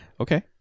Okay